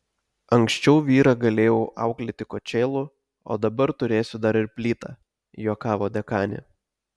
anksčiau vyrą galėjau auklėti kočėlu o dabar turėsiu dar ir plytą juokavo dekanė